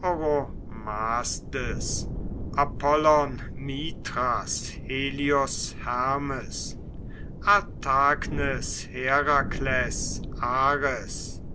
apollon mithras helios hermes artagnes herakles